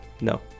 No